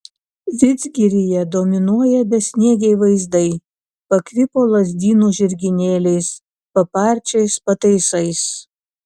vidzgiryje dominuoja besniegiai vaizdai pakvipo lazdynų žirginėliais paparčiais pataisais